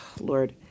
Lord